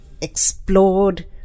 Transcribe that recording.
explored